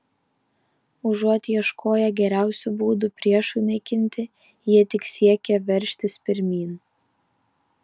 užuot ieškoję geriausių būdų priešui naikinti jie tik siekė veržtis pirmyn